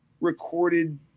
recorded